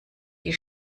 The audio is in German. die